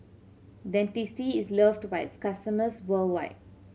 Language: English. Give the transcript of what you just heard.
Dentiste is loved by its customers worldwide